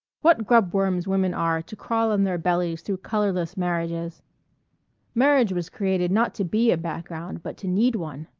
what grubworms women are to crawl on their bellies through colorless marriages marriage was created not to be a background but to need one.